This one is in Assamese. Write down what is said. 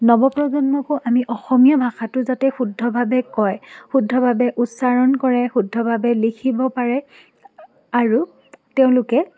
নৱপ্ৰজন্মকো আমি অসমীয়া ভাষাটো যাতে শুদ্ধভাৱে কয় শুদ্ধভাৱে উচ্চাৰণ কৰে শুদ্ধভাৱে লিখিব পাৰে আৰু তেওঁলোকে